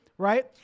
right